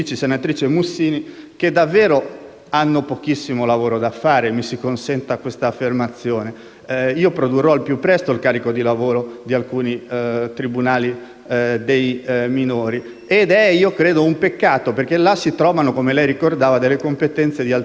hanno pochissimo lavoro da fare (mi si consenta questa affermazione). Produrrò al più presto il carico di lavoro di alcuni tribunali dei minori. È un peccato, perché là si trovano, come lei ricordava, competenze di altissimo valore, che nel quadro della giurisdizione